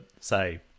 say